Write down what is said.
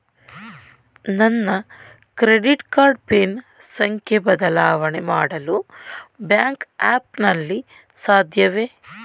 ನನ್ನ credit card pin ಸಂಖ್ಯೆ ಬದಲಾವಣೆ ಮಾಡಲು ಬ್ಯಾಂಕ್ ಆ್ಯಪ್ ನಲ್ಲಿ ಸಾಧ್ಯವೇ?